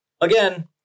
again